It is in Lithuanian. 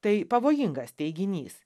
tai pavojingas teiginys